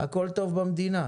הכול טוב במדינה.